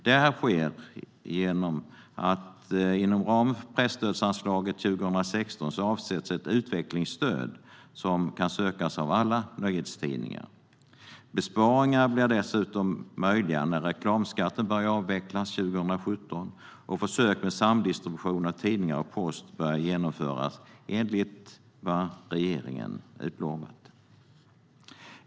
Detta sker genom att det inom ramen för presstödsanslaget 2016 avsätts ett utvecklingsstöd som kan sökas av alla nyhetstidningar. Besparingar blir dessutom möjliga när reklamskatten börjar avvecklas 2017 och försök med samdistribution av tidningar och post börjar genomföras, enligt vad regeringen utlovat.